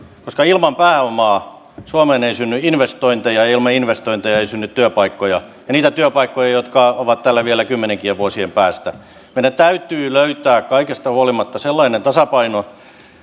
koska ilman pääomaa suomeen ei synny investointeja ja ilman investointeja ei synny työpaikkoja ja niitä työpaikkoja jotka ovat täällä vielä kymmenienkin vuosien päästä meidän täytyy löytää kaikesta huolimatta sellainen tasapaino